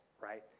right